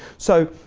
so,